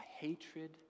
hatred